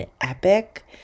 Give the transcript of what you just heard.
epic